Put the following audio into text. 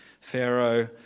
Pharaoh